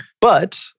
But-